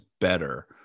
better